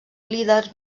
líders